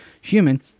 human